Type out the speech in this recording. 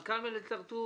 מנכ"ל מלט הר-טוב,